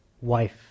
wife